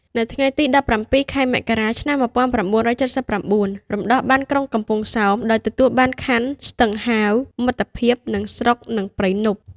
នៅថ្ងៃទី ១៧ ខែមករា ឆ្នាំ ១៩៧៩ រំដោះបានក្រុងកំពង់សោម ដោយទទួលបាន ខណ្ឌ ស្ទឹងហាវ មិត្តភាព និងស្រុក និងព្រៃនប់។